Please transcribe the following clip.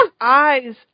eyes